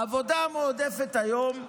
העבודה המועדפת היום ניתנת,